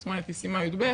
זאת אומרת היא סיימה י"ב,